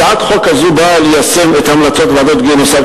הצעת החוק הזאת באה ליישם את המלצות ועדת-גינוסר,